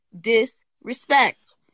disrespect